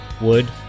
wood